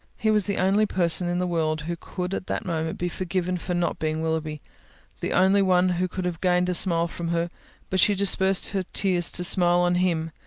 he was the only person in the world who could at that moment be forgiven for not being willoughby the only one who could have gained a smile from her but she dispersed her tears to smile on him,